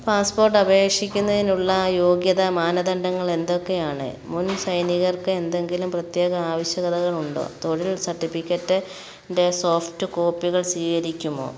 passport അപേക്ഷിക്കുന്നതിനുള്ള യോഗ്യതാ മാനദണ്ഡങ്ങൾ എന്തൊക്കെയാണ് മുൻ സൈനികർക്ക് എന്തെങ്കിലും പ്രത്യേക ആവശ്യകതകളുണ്ടോ തൊഴിൽ സർട്ടിഫിക്കറ്റിന്റെ സോഫ്റ്റ് കോപ്പികൾ സ്വീകരിക്കുമോ